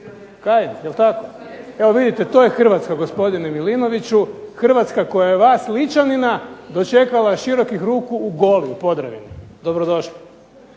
Kajin, jel tako. Evo vidite, to je Hrvatska, gospodine Milinkoviću, Hrvatska koja je vas Ličanina dočekala širokih ruku u Goli u Podravini, dobrodošli.